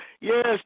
Yes